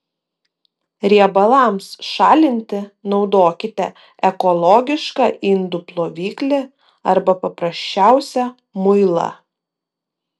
riebalams šalinti naudokite ekologišką indų ploviklį arba paprasčiausią muilą